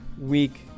Week